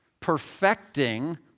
Perfecting